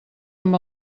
amb